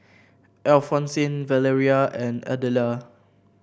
Alphonsine Valeria and Adela